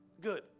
Good